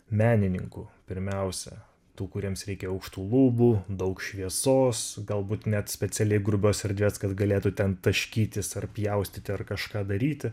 menininkų pirmiausia tų kuriems reikia aukštų lubų daug šviesos galbūt net specialiai grubios erdvės kas galėtų ten taškytis ar pjaustyti ar kažką daryti